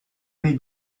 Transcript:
may